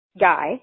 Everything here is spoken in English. guy